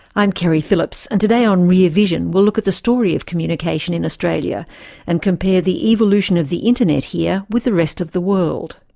i'm keri phillips and today on rear visionrear, we'll look at the story of communication in australia and compare the evolution of the internet here with the rest of the world.